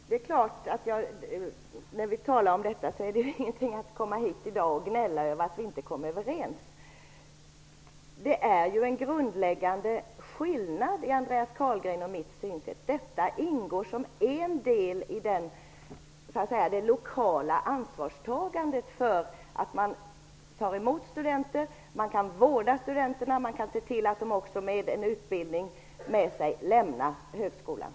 Herr talman! Det är klart att det inte är någonting att komma hit och gnälla över, detta att vi inte kom överens. Det är ju en grundläggande skillnad mellan Andreas Carlgrens synsätt och mitt eget. Detta ingår som en del i det lokala ansvarstagandet för att ta emot studenterna och vårda dem och se till att de har en utbildning med sig när de lämnar högskolan.